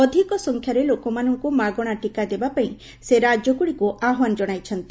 ଅଧିକ ସଂଖ୍ୟାରେ ଲୋକମାନଙ୍କୁ ମାଗଣା ଟିକା ଦେବା ପାଇଁ ସେ ରାଜ୍ୟଗୁଡ଼ିଙ୍କୁ ଆହ୍ବାନ ଜଣାଇଛନ୍ତି